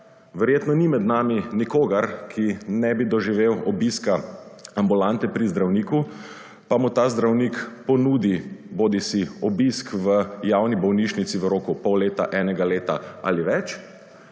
Verjetno ni med nami nikogar, ki ne bi doživel obiska ambulante pri zdravniku, pa mu ta zdravnik ponudi bodisi obisk v javni bolnišnici v roku pol leta, enega leta ali več,